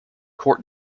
court